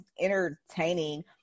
entertaining